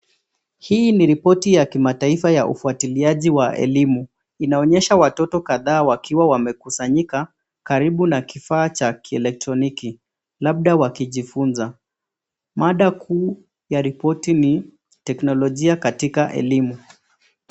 Hii ni ripoti ya kimataifa ya ufuatiliaji wa elimu. Inaonyesha watoto kadhaa wakiwa wamekusanyika karibu na kifaa cha kielektroniki , labda wakijifunza. Mada kuu ya ripoti ni teknolojia katika elimu.